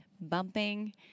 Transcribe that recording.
bumping